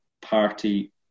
party